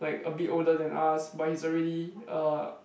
like a bit older than us but he's already er